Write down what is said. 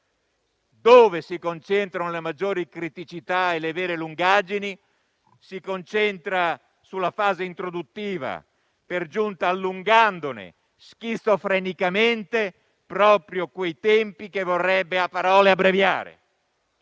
dove si concentrano le maggiori criticità e le vere lungaggini, essa si concentra sulla fase introduttiva, per giunta allungandone schizofrenicamente proprio quei tempi che vorrebbe a parole abbreviare.